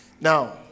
Now